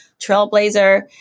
trailblazer